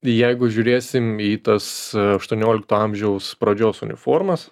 jeigu žiūrėsim į tas aštuoniolikto amžiaus pradžios uniformas